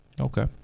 Okay